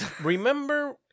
Remember